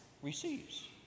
receives